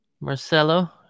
Marcelo